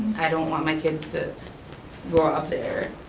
i don't want my kids to grow up there.